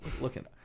looking